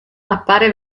appare